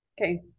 okay